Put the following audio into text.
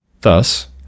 Thus